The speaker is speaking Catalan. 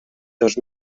dos